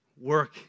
work